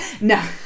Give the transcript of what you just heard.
no